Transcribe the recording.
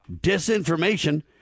disinformation